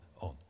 on